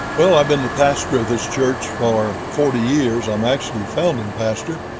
well, i've been the pastor of this church for forty years. i'm actually the founding pastor.